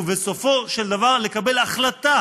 ובסופו של דבר לקבל החלטה